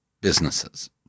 businesses